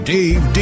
Dave